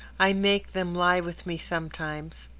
i make them lie with me sometimes,